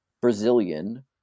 Brazilian